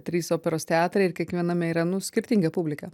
trys operos teatrai ir kiekviename yra nu skirtinga publika